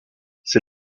ses